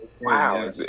Wow